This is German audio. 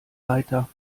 leiter